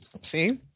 See